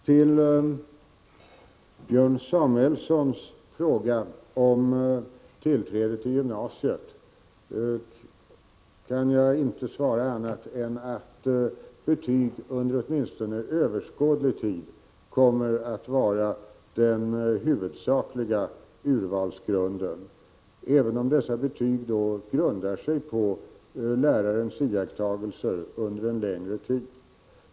På Björn Samuelsons fråga om tillträde till gymnasiet kan jag inte svara annat än att betygen under åtminstone överskådlig tid kommer att vara den huvudsakliga urvalsgrunden, även om dessa betyg grundar sig på lärarens iakttagelser under en längre tid.